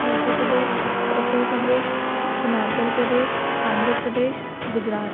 Madhya Pradesh Uttar Pradesh Himachal Pradesh Andhra Pradesh Gujarat